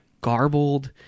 garbled